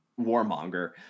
warmonger